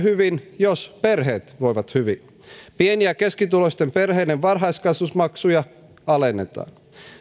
hyvin jos perheet voivat hyvin pieni ja keskituloisten perheiden varhaiskasvatusmaksuja alennetaan